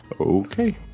Okay